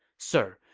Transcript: sir,